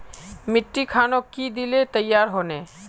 मिट्टी खानोक की दिले तैयार होने?